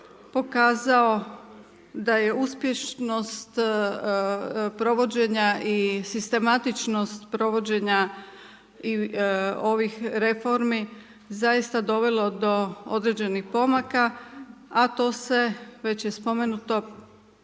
pokazao da je uspješnost provođenja i sistematičnost provođenja, ovih reformi, zaista dovelo do određenih pomaka, a to se već iz spomenutog